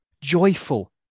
joyful